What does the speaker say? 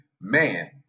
man